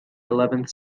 eleventh